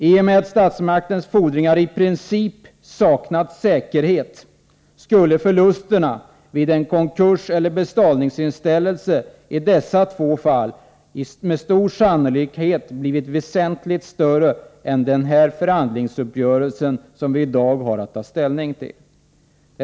I och med att statmaktens fordringar i princip saknar säkerhet skulle förlusterna vid en konkurs eller betalningsinställelse i dessa två fall med stor sannolikhet blivit väsentligt större än den förhandlingsuppgörelse vi i dag har att ta ställning till.